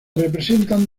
representan